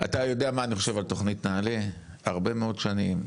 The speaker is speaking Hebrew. אתה יודע מה אני חושב על תוכנית נעל"ה הרבה מאוד שנים,